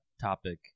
topic